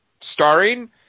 starring